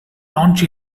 launch